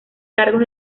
cargos